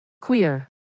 Queer